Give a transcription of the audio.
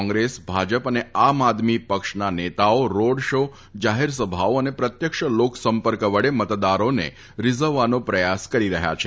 કોંગ્રેસ ભાજપ અને આમ આદમી પક્ષના નેતાઓ રોડ શો જાફેરસભાઓ અને પ્રત્યક્ષ લોકસંપર્ક વડે મતદારોને રિઝવવાનો પ્રયાસ કરી રહ્યા છે